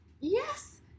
Yes